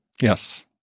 Yes